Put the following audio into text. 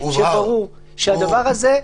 כדי שיהיה ברור שהדבר הזה,